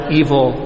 evil